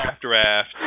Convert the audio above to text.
draft